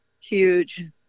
huge